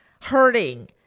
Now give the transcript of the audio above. hurting